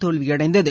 தோல்வியடைந்தது